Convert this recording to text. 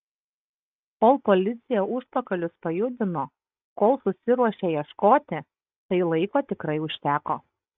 kol policija užpakalius pajudino kol susiruošė ieškoti tai laiko tikrai užteko